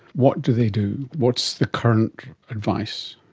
what do they do? what's the current advice?